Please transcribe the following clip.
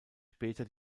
später